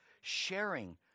sharing